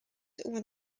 when